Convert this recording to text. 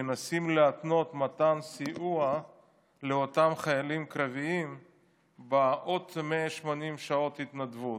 מנסים להתנות מתן סיוע לאותם חיילים קרביים בעוד 180 שעות התנדבות.